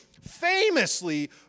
famously